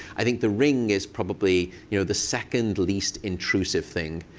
i think the ring is probably you know the second-least intrusive thing.